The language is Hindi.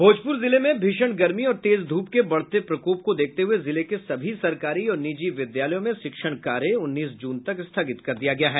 भोजपुर जिले में भीषण गर्मी और तेज धूप के बढ़ते प्रकोप को देखते हुए जिले के सभी सरकारी और निजी विद्यालयों में शिक्षण कार्य उन्नीस जून तक स्थगित कर दिया गया है